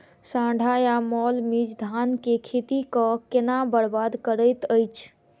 साढ़ा या गौल मीज धान केँ खेती कऽ केना बरबाद करैत अछि?